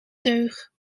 teug